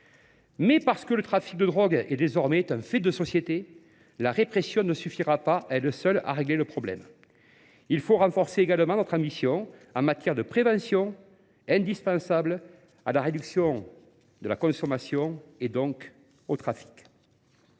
Mais parce que le trafic de drogue est désormais un fait de société, la répression ne suffira pas elle seule à régler le problème. Il faut renforcer également notre ambition en matière de prévention indispensable à la réduction de la consommation et donc au trafic.